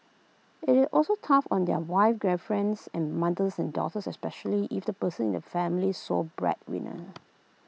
IT is also tough on their wives girlfriends mothers and daughters especially if the person is the family's sole breadwinner